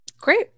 Great